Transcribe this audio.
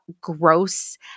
gross